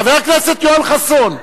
חבר הכנסת יואל חסון,